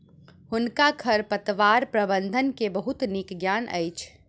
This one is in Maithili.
हुनका खरपतवार प्रबंधन के बहुत नीक ज्ञान अछि